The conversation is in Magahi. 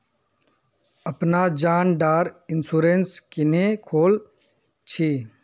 अपना जान डार इंश्योरेंस क्नेहे खोल छी?